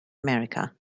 america